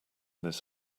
this